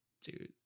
dude